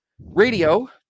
radio